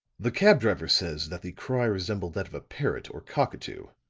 the cab driver says that the cry resembled that of a parrot or cockatoo.